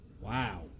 Wow